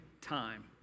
time